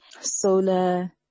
solar